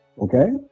Okay